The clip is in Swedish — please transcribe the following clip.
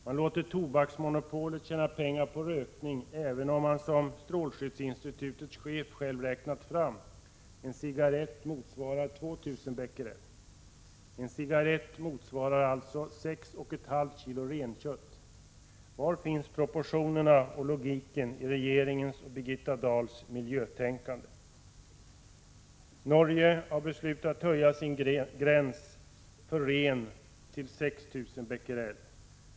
Man låter Tobaksmonopolet tjäna pengar på rökningen även om man, som strålskyddsinstitutets chef själv har räknat fram, en cigarett motsvarar 2 000 Bq. En cigarett motsvarar alltså 6,5 kg renkött. Var finns proportionerna och logiken i regeringens och Birgitta Dahls miljötänkande? Norge har beslutat att höja gränsen för renkött till 6 000 Bq per kg.